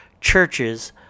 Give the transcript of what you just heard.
Churches